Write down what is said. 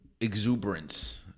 exuberance